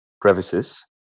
crevices